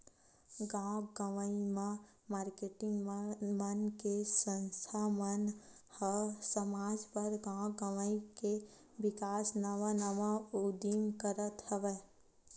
गाँव गंवई म मारकेटिंग मन के संस्था मन ह समाज बर, गाँव गवई के बिकास नवा नवा उदीम करत हवय